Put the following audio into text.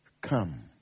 come